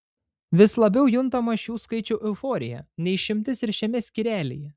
vis labiau juntama šių skaičių euforija ne išimtis ir šiame skyrelyje